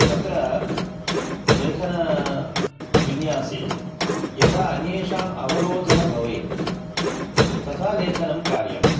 तत्र लेखनविन्यासे यथा अन्येषाम् अवबोधः भवेत् तथा लेखनं कार्यं